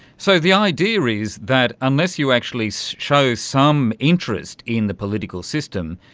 so the idea is that unless you actually so show some interest in the political system,